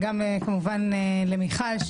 וגם כמובן למיכל,